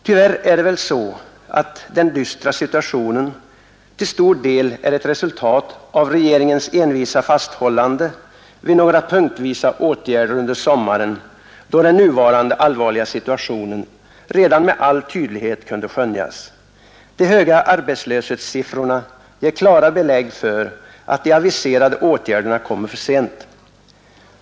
Tyvärr är det väl så, att den dystra situationen till stor del är ett resultat av regeringens envisa fasthållande vid några punktvisa åtgärder under sommaren, då den nuvarande allvarliga situationen redan med all tydlighet kunde skönjas. De höga arbetslöshetssiffrorna ger klara belägg för att de aviserade åtgärderna kommer för sent.